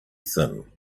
thin